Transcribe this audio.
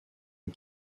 une